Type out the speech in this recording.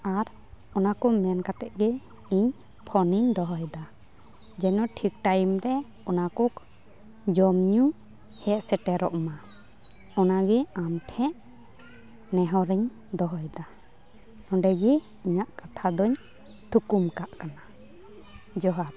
ᱟᱨ ᱚᱱᱟᱠᱚ ᱢᱮᱱ ᱠᱟᱛᱮ ᱜᱮ ᱤᱧ ᱯᱷᱳᱱᱤᱧ ᱫᱚᱦᱚᱭᱮᱫᱟ ᱡᱮᱱᱚ ᱴᱷᱤᱠ ᱴᱟᱭᱤᱢ ᱨᱮ ᱚᱱᱟᱠᱚ ᱡᱚᱢ ᱧᱩ ᱦᱮᱡᱽ ᱥᱮᱴᱮᱨᱚᱜ ᱢᱟ ᱚᱱᱟᱜᱤ ᱟᱢ ᱴᱷᱮᱡ ᱱᱮᱦᱚᱨᱤᱧ ᱫᱚᱦᱚᱭᱮᱫᱟ ᱱᱚᱰᱮ ᱜᱤ ᱤᱧᱟᱹᱜ ᱠᱟᱛᱷᱟ ᱫᱚᱧ ᱛᱷᱩᱠᱩᱢ ᱠᱟᱜ ᱠᱟᱱᱟ ᱡᱚᱦᱟᱨ